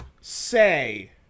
Say